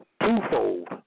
twofold